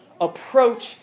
approach